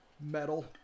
metal